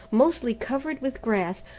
mostly covered with grass,